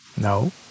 no